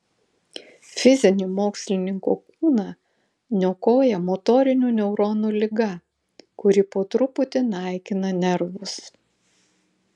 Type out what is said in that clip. fizinį mokslininko kūną niokoja motorinių neuronų liga kuri po truputį naikina nervus